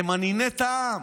הם אניני טעם,